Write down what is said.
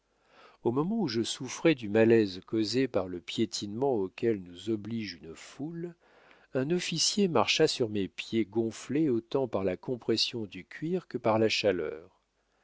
au moment où je souffrais du malaise causé par le piétinement auquel nous oblige une foule un officier marcha sur mes pieds gonflés autant par la compression du cuir que par la chaleur